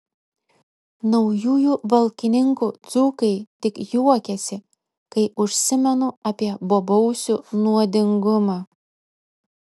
naujųjų valkininkų dzūkai tik juokiasi kai užsimenu apie bobausių nuodingumą